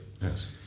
Yes